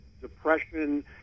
depression